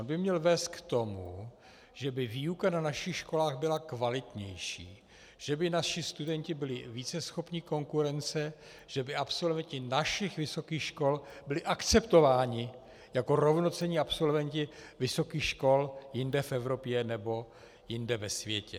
On by měl vést k tomu, že by výuka na našich školách byla kvalitnější, že by naši studenti byli více schopni konkurence, že by absolventi našich vysokých škol byli akceptováni jako rovnocenní absolventi vysokých škol jinde v Evropě nebo jinde ve světě.